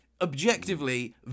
objectively